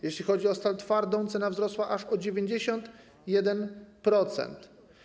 Jeśli chodzi o stal twardą, cena wzrosła aż o 91%.